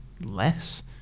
less